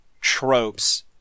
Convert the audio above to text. tropes